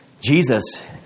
Jesus